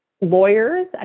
lawyers